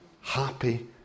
happy